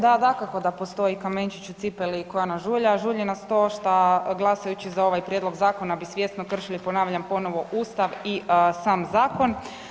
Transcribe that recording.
Da, dakako da postoji kamenčić u cipeli koja nas žulja, a žulja nas to šta glasajući za ovaj prijedlog zakona bi svjesno kršili, ponavljam ponovo, ustav i sam zakon.